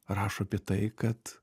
rašo apie tai kad